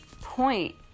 point